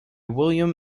william